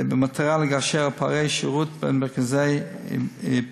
במטרה לגשר על פערי שירות בין מרכז לפריפריה.